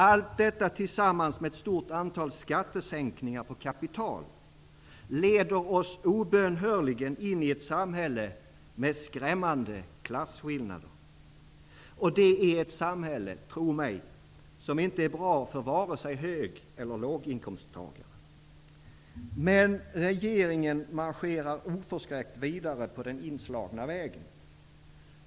Allt detta tillsammans med ett stort antal skattesänkningar på kapital leder oss obönhörligen in i ett samhälle med skrämmande klasskillnader. Och det är ett samhälle, tro mig, som inte är bra för vare sig hög eller låginkomsttagare. Men regeringen marscherar oförskräckt vidare på den inslagna vägen.